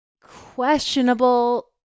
questionable